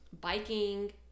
biking